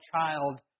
child